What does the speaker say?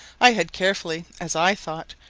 i had carefully, as i thought,